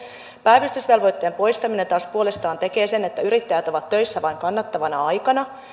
päivystysvelvoitteen poistaminen taas puolestaan tekee sen että yrittäjät ovat töissä vain kannattavana aikana